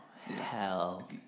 hell